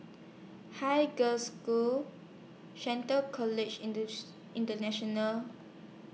Haig Girls' School Shelton College International